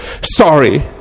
Sorry